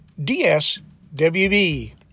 dswb